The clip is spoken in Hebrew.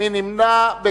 מי נמנע?